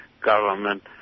government